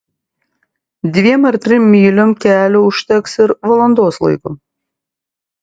dviem ar trim myliom kelio užteks ir valandos laiko